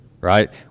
Right